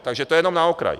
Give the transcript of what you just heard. Takže to jenom na okraj.